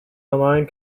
online